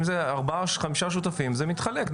אם זה ארבעה-חמישה שותפים זה מתחלק.